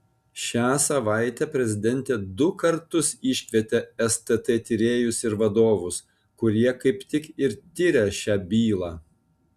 šią savaitę prezidentė du kartus iškvietė stt tyrėjus ir vadovus kurie kaip tik ir tirią šią bylą